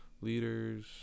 leaders